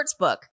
Sportsbook